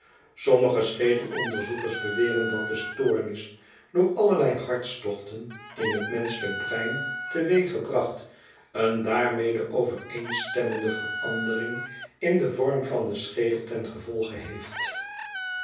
sommige schedelonderzoekers beweren dat de stoornis door allerlei hartstochten in het menschelijk brein teweeg gebracht een daarmede overeenstemmende verandering in den vorm van den schedel ten gevolge heeft